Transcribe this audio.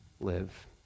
live